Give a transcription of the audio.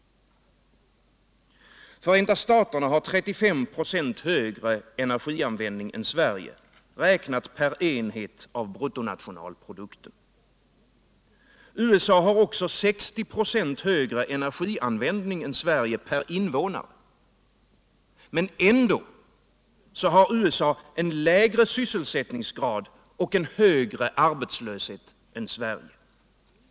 Förenta staterna har 35 26 högre energianvändning än Sverige räknat per enhet av bruttonationalprodukten. USA har också 60 23 högre energianvändning än Sverige per invånare. Ändå har USA lägre sysselsättningsgrad och högre arbetslöshet än Sverige.